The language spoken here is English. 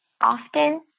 often